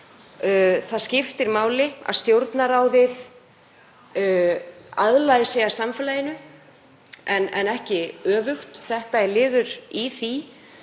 Það skiptir máli að Stjórnarráðið lagi sig að samfélaginu en ekki öfugt. Þetta er liður í því.